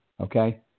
Okay